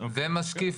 ומשקיף